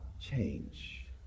change